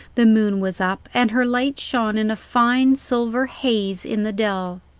the moon was up, and her light shone in a fine silver haze in the dell.